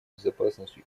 безопасностью